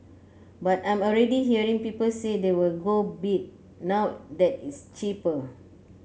but I'm already hearing people say they will go bid now that it's cheaper